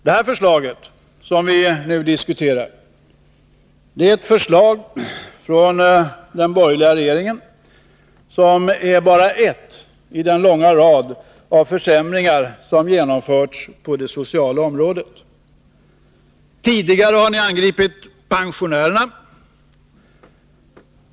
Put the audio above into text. Det förslag som vi nu diskuterar kommer från den borgerliga regeringen och är ett i den långa raden som innebär försämring på det sociala området. Tidigare har ni angripit pensionärerna.